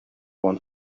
want